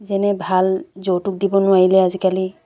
যেনে ভাল যৌতুক দিব নোৱাৰিলে আজিকালি